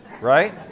Right